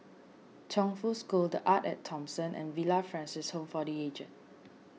Chongfu School the Arte at Thomson and Villa Francis Home for the Aged